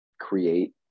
create